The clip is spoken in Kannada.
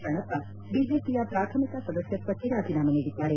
ಶಾಣಪ್ಪ ಬಿಜೆಪಿಯ ಪ್ರಾಥಮಿಕ ಸದಸ್ಯತ್ವಕ್ಕೆ ರಾಜೀನಾಮೆ ನೀಡಿದ್ದಾರೆ